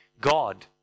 God